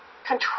Control